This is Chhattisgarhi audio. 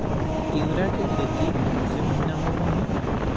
तीवरा के खेती कोन से महिना म होही?